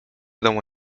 domu